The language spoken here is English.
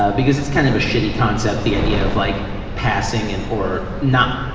ah because it's kind of a shitty concept, the idea of like passing and or not,